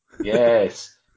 Yes